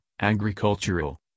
agricultural